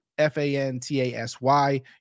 F-A-N-T-A-S-Y